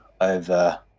over